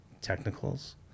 technicals